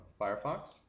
Firefox